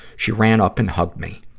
she ran up and hugged me.